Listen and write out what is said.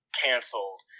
canceled